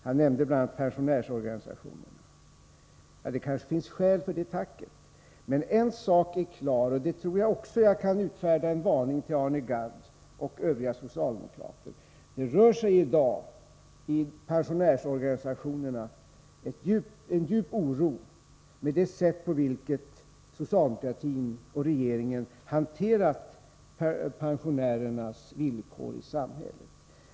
Han nämnde bl.a. pensionärsorganisationerna. Ja, det kanske finns skäl för detta tack. En sak är klar — här tror jag också att jag kan utfärda en varning till Arne Gadd och övriga socialdemokrater: Det rör sig i pensionärsorganisationerna i dag en djup oro över det sätt på vilket socialdemokratin och regeringen har hanterat pensionärernas villkor i samhället.